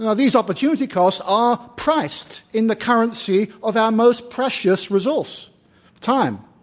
and these opportunity costs are priced in the currency of our most precious resource time.